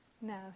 No